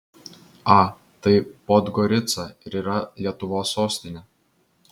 a tai podgorica ir yra lietuvos sostinė